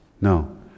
No